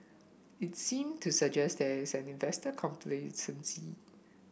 it seem to suggest there is an investor complacency